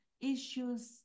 issues